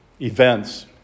events